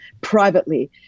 privately